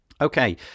Okay